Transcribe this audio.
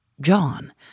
John